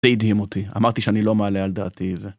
זה הדהים אותי, אמרתי שאני לא מעלה על דעתי זה.